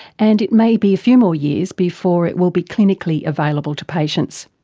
and it may be a few more years before it will be clinically available to patients.